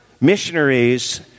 missionaries